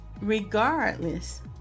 regardless